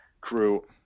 crew